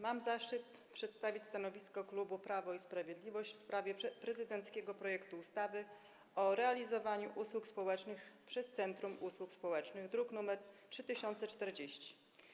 Mam zaszczyt przedstawić stanowisko klubu Prawo i Sprawiedliwość w sprawie prezydenckiego projektu ustawy o realizowaniu usług społecznych przez centrum usług społecznych, druk nr 3040.